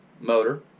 motor